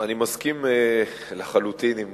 אני מסכים לחלוטין עם